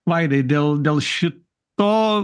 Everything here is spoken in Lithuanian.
vaidai dėl dėl šito